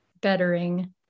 bettering